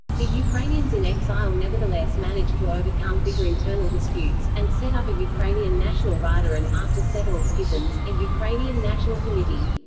the ukrainians in exile nevertheless managed to overcome bitter internal disputes, and set up a ukrainian national rada and, after several schisms, a ukrainian national committee.